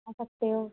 आ सकते हो